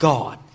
God